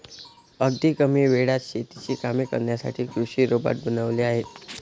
अगदी कमी वेळात शेतीची कामे करण्यासाठी कृषी रोबोट बनवले आहेत